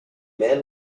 man